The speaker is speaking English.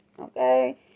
okay